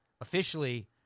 officially